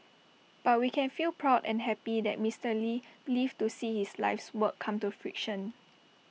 but we can feel proud and happy that Mister lee lived to see his life's work come to fruition